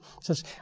says